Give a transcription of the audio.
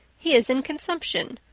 he is in consumption.